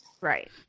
Right